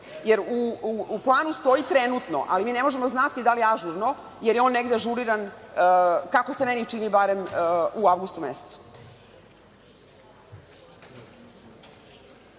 UN? U planu stoji trenutno, ali mi ne možemo znati da li je ažurno, jer je on negde ažuriran, kako se meni čini, barem, u avgustu mesecu. Sada